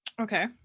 okay